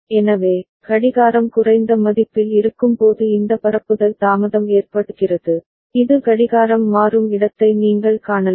எனவே கடிகாரம் குறைந்த மதிப்பில் இருக்கும்போது இந்த பரப்புதல் தாமதம் ஏற்படுகிறது இது கடிகாரம் மாறும் இடத்தை நீங்கள் காணலாம்